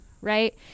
right